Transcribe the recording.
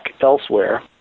elsewhere